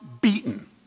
beaten